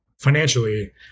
financially